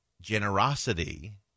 generosity